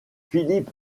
philippe